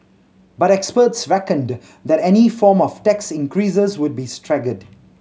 but experts reckoned that any form of tax increases would be staggered